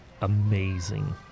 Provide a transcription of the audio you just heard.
Amazing